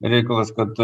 reikalas kad